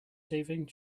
saving